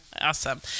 Awesome